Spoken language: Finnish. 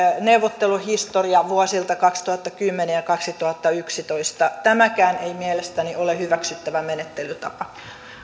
neuvotteluhistoria vuosilta kaksituhattakymmenen viiva kaksituhattayksitoista tämäkään ei mielestäni ole hyväksyttävä menettelytapa